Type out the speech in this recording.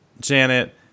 Janet